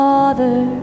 Father